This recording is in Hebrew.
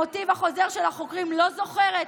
המוטיב החוזר של החוקרים: לא זוכרת,